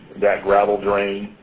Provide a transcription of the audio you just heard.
that gravel drain.